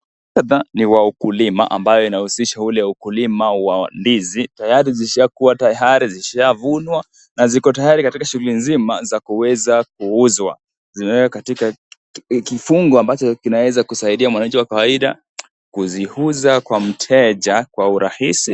Muktatha ni wa ukulima, ambae inahusisha ule ukulima wa ndizi, tayari zishakuwa tayari zishavunwa, na ziko tayari katika shuguli nzima za kuweza kuuzwa, zimeekwa katika kifungo ambacho kinaweza kusaidia mwananchi wa kawaida, kuzihuza kwa mteeja, kwa urahisi.